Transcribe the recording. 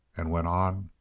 and went on.